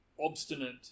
obstinate